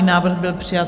Návrh byl přijat.